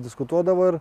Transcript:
diskutuodavo ir